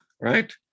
right